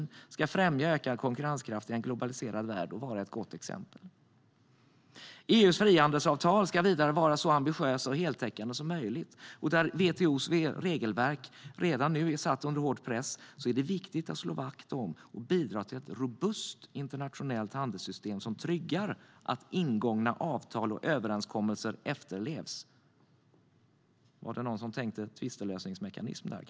Det ska främja ökad konkurrenskraft i en globaliserad värld och vara ett gott exempel. EU:s frihandelsavtal ska vidare vara så ambitiöst och heltäckande som möjligt. Där är WTO:s regelverk redan nu satt under hård press. Det är då viktigt att slå vakt om och bidra till ett robust internationellt handelssystem som tryggar att ingångna avtal och överenskommelser efterlevs. Var det någon som kanske tänkte tvistlösningsmekanism där?